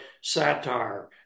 satire